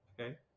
okay